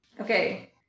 Okay